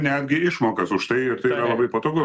netgi išmokas už tai ir tai labai patogu